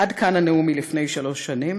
עד כאן הנאום מלפני שלוש שנים,